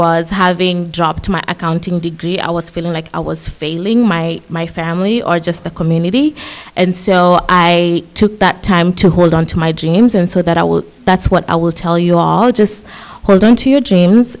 was having a job to my accounting degree i was feeling like i was failing my my family or just the community and so i took that time to hold on to my dreams and so that i will that's what i will tell you all just hold on to